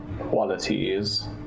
qualities